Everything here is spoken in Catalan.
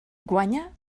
guanya